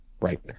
right